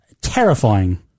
terrifying